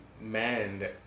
men